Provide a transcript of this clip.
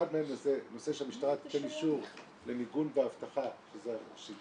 אחד מהם זה נושא שהמשטרה תיתן אישור למיגון ואבטחה --- שיהיה